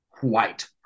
white